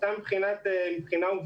סתם מבחינה עובדתית,